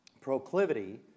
proclivity